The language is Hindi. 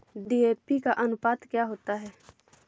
डी.ए.पी का अनुपात क्या होता है?